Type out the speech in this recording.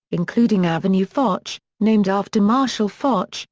including avenue foch, named after marshall foch,